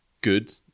good